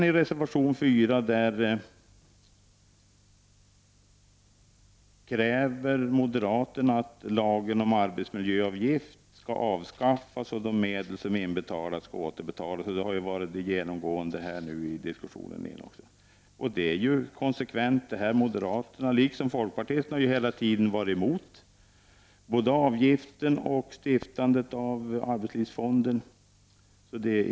I reservation nr 4 kräver utskottets moderata ledamöter att lagen om arbetsmiljöavgift skall avskaffas och att de medel som inbetalats skall återbetalas. Detta har också varit det genomgående under diskussionen här. Moderaterna har, liksom folkpartisterna, hela tiden varit konsekvent emot både avgiften och inrättandet av arbetslivsfonden.